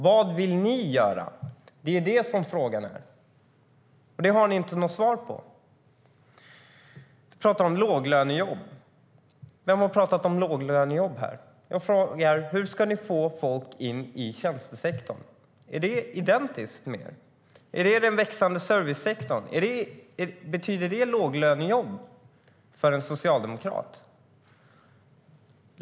Vad vill ni göra? Det är frågan. Det har ni inte något svar på. Ni talar om låglönejobb. Vem har talat om låglönejobb här? Jag frågar: Hur ska ni få in folk i tjänstesektorn? Är det identiskt med den växande servicesektorn? Betyder det låglönejobb för en socialdemokrat?